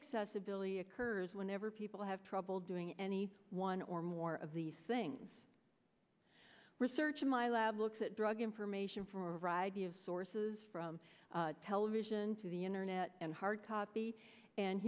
accessibility occurs whenever people have trouble doing any one or more of these things research in my lab looks at drug information from a variety of sources from television to the internet and hard copy and